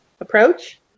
approach